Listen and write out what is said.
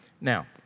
Now